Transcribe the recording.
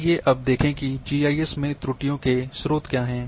आइए देखें कि जीआईएस में त्रुटियों के स्रोत क्या है